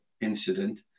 incident